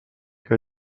que